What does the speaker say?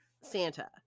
Santa